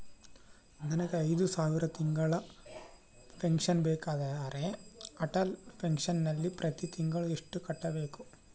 ನನಗೆ ಐದು ಸಾವಿರ ತಿಂಗಳ ಪೆನ್ಶನ್ ಬೇಕಾದರೆ ಅಟಲ್ ಪೆನ್ಶನ್ ನಲ್ಲಿ ಪ್ರತಿ ತಿಂಗಳು ಎಷ್ಟು ಕಟ್ಟಬೇಕು?